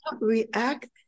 react